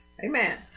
Amen